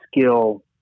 skill